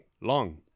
long